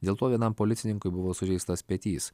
dėl to vienam policininkui buvo sužeistas petys